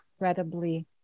incredibly